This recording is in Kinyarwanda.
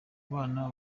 bana